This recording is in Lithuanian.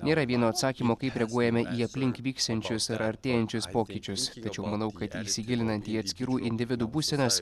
nėra vieno atsakymo kaip reaguojame į aplink vyksiančius ar artėjančius pokyčius tačiau manau kad įsigilinant į atskirų individų būsenas